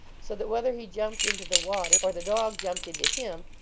so that whether he jumped into the water, or the dog jumped into him,